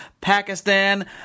Pakistan